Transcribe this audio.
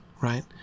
right